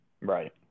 Right